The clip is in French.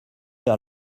vers